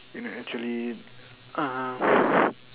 you know actually uh